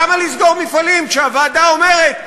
למה לסגור מפעלים כשהוועדה אומרת: